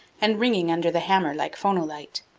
and ringing under the hammer like phonolite.